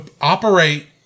operate